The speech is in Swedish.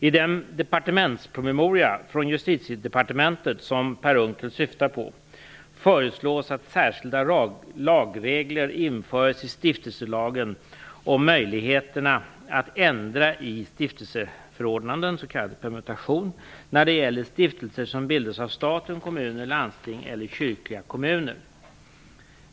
I den departementspromemoria från Justitiedepartementet som Per Unckel syftar på föreslås att särskilda lagregler införs i stiftelselagen om möjligheterna att ändra i stiftelseförordnanden - s.k. permutation - när det gäller stiftelser som har bildats av staten, kommuner, landsting eller kyrkliga kommuner.